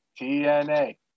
TNA